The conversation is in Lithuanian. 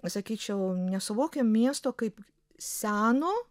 pasakyčiau nesuvokiam miesto kaip seno